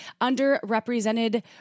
underrepresented